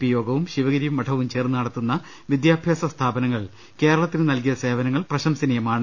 P യോഗവും ശിവഗിരി മഠവും ചേർന്ന് നടത്തുന്ന വിദ്യാഭ്യാസ സ്ഥാപനങ്ങൾ കേരളത്തിന് ്നൽകിയ് സേവനങ്ങൾ പ്രശംസനീയമാണ്